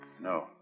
No